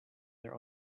their